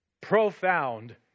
profound